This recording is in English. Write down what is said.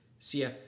CF